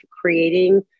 creating